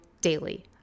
daily